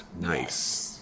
Nice